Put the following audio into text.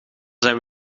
zijn